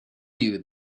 you